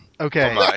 Okay